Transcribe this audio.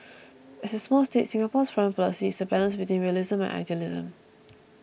as a small state Singapore's foreign policy is a balance between realism and idealism